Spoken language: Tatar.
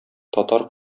татар